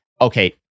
okay